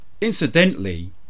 Incidentally